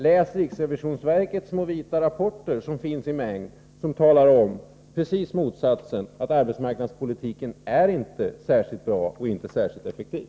Läs riksrevisionsverkets små vita rapporter, som finns i mängd, som talar om raka motsatsen: att arbetsmarknadspolitiken inte är särskilt bra och inte särskilt effektiv!